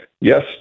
Yes